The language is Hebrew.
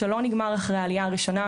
שלא נגמר אחרי העלייה הראשונה,